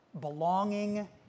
belonging